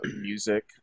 music